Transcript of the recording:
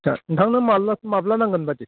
आतसा नोंथांनो माब्ला माब्ला नांगोन बायदि